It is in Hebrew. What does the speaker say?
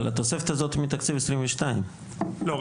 אבל התוספת הזאת היא מתקציב 2022. לא,